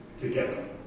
together